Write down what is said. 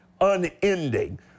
unending